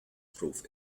proof